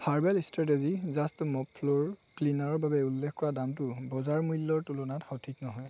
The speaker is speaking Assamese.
herbal strategy just mop floor ক্লিনাৰৰ বাবে উল্লেখ কৰা দামটো বজাৰ মূল্যৰ তুলনাত সঠিক নহয়